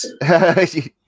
yes